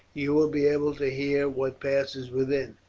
you will be able to hear what passes within.